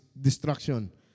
destruction